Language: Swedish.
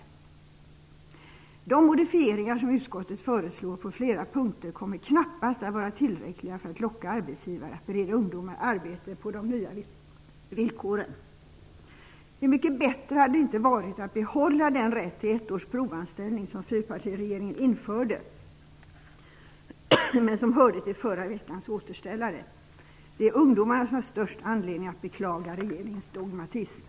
De modifieringar som utskottet föreslår på flera punkter kommer knappast att vara tillräckliga för att locka arbetsgivare att bereda ungdomar arbete på de nya villkoren. Hur mycket bättre hade det inte varit att behålla den rätt till ett års provanställning som fyrpartiregeringen införde men som hörde till förra veckans återställare. Det är ungdomarna som har störst anledning att beklaga regeringens dogmatism.